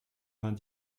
vingt